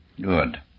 Good